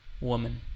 woman